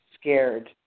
scared